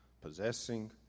possessing